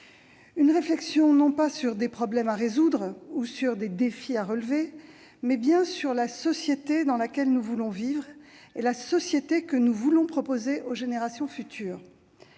Une réflexion non pas sur des problèmes à résoudre ou sur des défis à relever, mais bien sur la société dans laquelle nous voulons vivre et la société que nous voulons proposer aux générations futures.